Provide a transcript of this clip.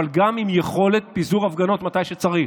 אבל גם עם יכולת פיזור הפגנות מתי שצריך.